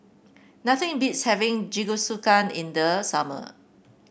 nothing beats having Jingisukan in the summer